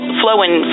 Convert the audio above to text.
flowing